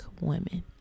women